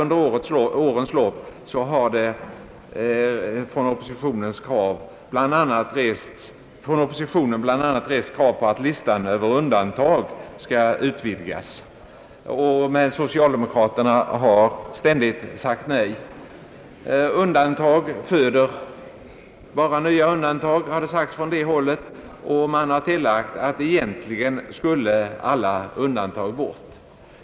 Under årens lopp har oppositionen bl.a. rest krav på att listan över undantag skall utvidgas. Men socialdemokraterna har ständigt sagt nej. Undantag föder bara nya undantag, har det sagts från det hållet, och man har tilllagt att egentligen skulle alla undantag bort.